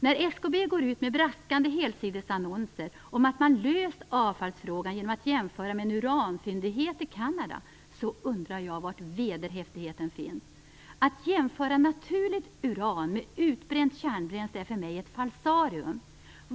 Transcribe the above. När SKB går ut med braskande helsidesannonser om att man löst avfallsfrågan och gör jämförelser med en uranfyndighet i Kanada, så undrar jag var vederhäftigheten finns. Att i detta sammanhang jämföra naturligt uran med utbränt kärnbränsle är för mig ett falsarium.